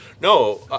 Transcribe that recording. No